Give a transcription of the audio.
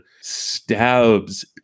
stabs